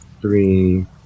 three